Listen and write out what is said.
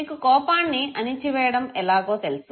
మీకు కోపాన్ని అణచివేయడం ఎలాగో తెలుసు